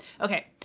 Okay